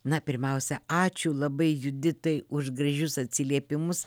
na pirmiausia ačiū labai juditai už gražius atsiliepimus